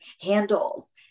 handles